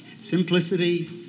Simplicity